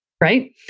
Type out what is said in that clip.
right